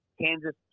Kansas